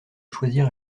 choisir